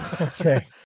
okay